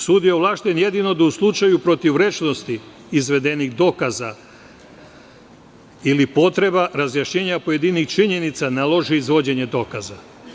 Sud je ovlašćen jedino da u slučaju protivrečnosti izvedenih dokaza ili potreba razjašnjenja pojedinih činjenica, naloži izvođenje dokaza.